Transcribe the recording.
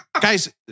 Guys